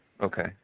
Okay